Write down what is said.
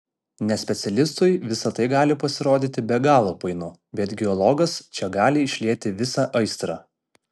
nespecialistui visa tai gali pasirodyti be galo painu bet geologas čia gali išlieti visą aistrą